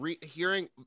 hearing